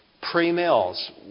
Pre-mills